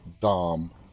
Dom